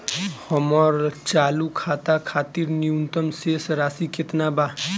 हमर चालू खाता खातिर न्यूनतम शेष राशि केतना बा?